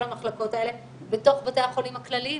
המחלקות אלה בתוך בתי החולים הכלליים.